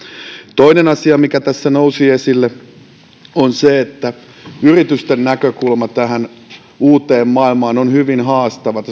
toinen asia mikä tässä nousi esille on se että yritysten näkökulma tähän uuteen maailmaan on hyvin haastava